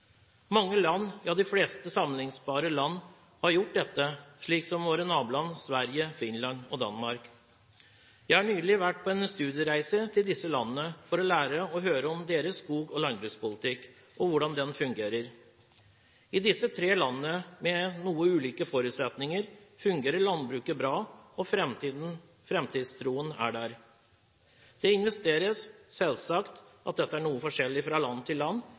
Mange land, ja de fleste sammenlignbare land, har gjort dette, slik som våre naboland Sverige, Finland og Danmark. Jeg har nylig vært på en studiereise til disse landene for å lære og høre om deres skogbruks- og landbrukspolitikk og hvordan det fungerer. I disse tre landene, med noe ulike forutsetninger, fungerer landbruket bra, og framtidstroen er der. Det investeres. Selvsagt er dette noe forskjellig fra land til land,